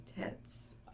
tits